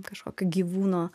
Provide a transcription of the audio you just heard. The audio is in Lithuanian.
kažkokio gyvūno